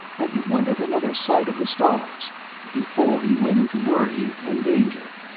and he wanted another sight of the stars before he went into worry and danger.